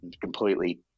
completely